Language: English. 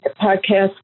podcast